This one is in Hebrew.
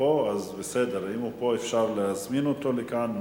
פה אפשר להזמין אותו לכאן,